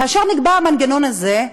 כאשר נקבע המנגנון הזה,